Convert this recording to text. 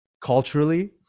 culturally